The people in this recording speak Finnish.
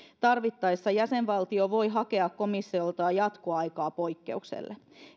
tarvittaessa jäsenvaltio voi hakea komissiolta jatkoaikaa poikkeukselle